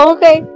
Okay